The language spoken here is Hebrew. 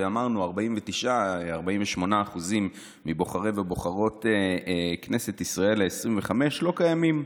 49% מבוחרות ובוחרי כנסת ישראל העשרים-וחמש לא קיימים.